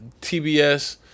TBS